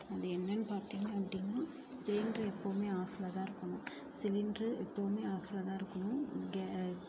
அது என்னென்னு பார்த்தீங்க அப்படின்னா சிலிண்ட்ரு எப்போமே ஆஃப்ல தான் இருக்கணும் சிலிண்ட்ரு எப்போதுமே ஆஃப்ல தான் இருக்கணும் கே